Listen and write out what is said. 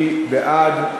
מי בעד?